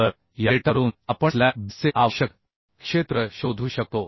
तर या डेटावरून आपण स्लॅब बेसचे आवश्यक क्षेत्र शोधू शकतो